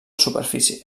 superfície